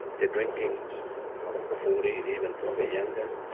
they're drinking from fourteen, even probably younger